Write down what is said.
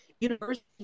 University